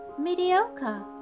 Mediocre